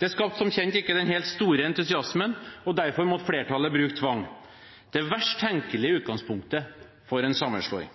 Det skapte, som kjent, ikke den helt store entusiasmen, og derfor måtte flertallet bruke tvang – det verst tenkelige utgangspunktet for en sammenslåing.